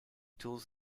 tools